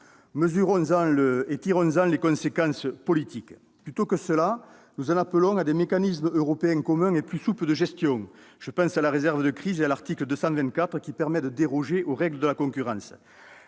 Mesurons-le et tirons-en les conséquences politiques ! Pour notre part, nous en appelons plutôt à des mécanismes européens communs et plus souples de gestion. Je pense à la réserve de crise et à l'article 224 qui permet de déroger aux règles de la concurrence,